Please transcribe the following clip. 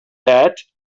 that